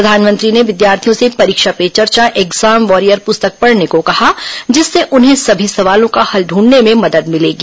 प्रधानमंत्री ने विद्यार्थियों से परीक्षा पे चर्चा एग्जाम वॉरियर पुस्तक पढ़ने को कहा जिससे उन्हें सभी सवालों का हल ढूंढने में मदद मिलेगी